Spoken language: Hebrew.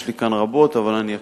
יש לי כאן רבות, אבל אני אקצר,